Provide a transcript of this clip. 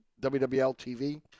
WWL-TV